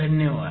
धन्यवाद